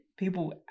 People